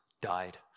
died